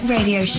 Radio